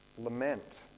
lament